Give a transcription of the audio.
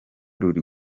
ruri